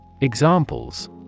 Examples